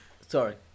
sorry